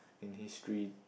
in history